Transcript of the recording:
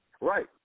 Right